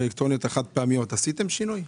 החד פעמיות עשיתם שינוי?